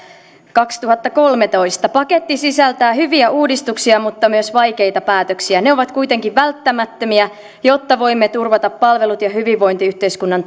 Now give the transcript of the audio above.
kaksituhattakolmetoista paketti sisältää hyviä uudistuksia mutta myös vaikeita päätöksiä ne ovat kuitenkin välttämättömiä jotta voimme turvata palvelut ja hyvinvointiyhteiskunnan